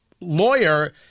Lawyer